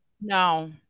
No